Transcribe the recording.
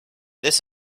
this